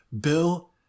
Bill